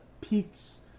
peaks